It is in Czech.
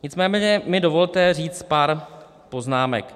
Nicméně mi dovolte říci pár poznámek.